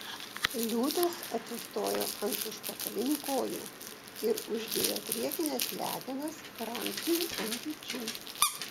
liūtas atsistojo ant užpakalinių kojų ir uždėjo priekines letenas ramziui ant pečių